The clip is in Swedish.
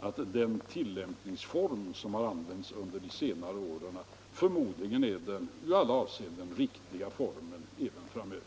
att den tillämpningsform som redan använts under de senare åren när det gällt investeringsfonderna förmodligen är den i alla avseenden riktiga formen även framöver.